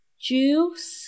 juice